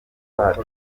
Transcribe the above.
bacu